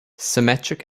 symmetric